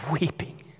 weeping